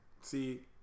See